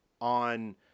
on